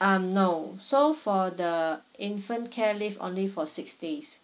um no so for the infant care leave only for six days